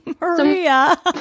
Maria